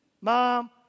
Mom